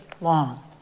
long